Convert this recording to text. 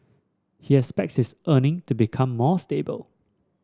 he expects his earning to become more stable